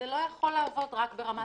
זה לא יכול לעבוד רק ברמה טכנולוגית.